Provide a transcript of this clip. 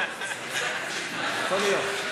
יכול להיות,